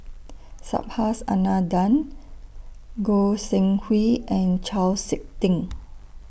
Subhas Anandan Goi Seng Hui and Chau Sik Ting